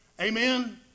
Amen